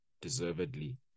deservedly